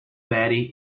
betty